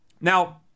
Now